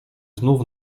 znów